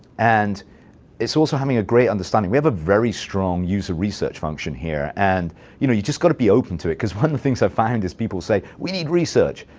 and it's also having a great understanding. we have a very strong user research function here. and you know you've just got to be open to it because one of the things i found is people say, we need research.